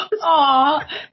Aw